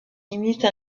imite